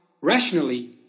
rationally